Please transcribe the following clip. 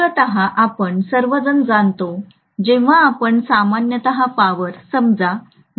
मुळात आपण सर्वजण जाणतो जेव्हा आपण सामान्यत पॉवर समजा आहे